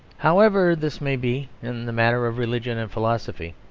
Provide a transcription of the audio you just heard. however this may be in the matter of religion and philosophy,